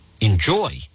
enjoy